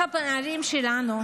הפערים שלנו,